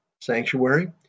sanctuary